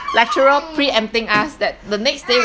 lecturer preempting us that the next day